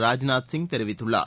ராஜ்நாத் சிங் தெரிவித்துள்ளார்